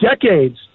decades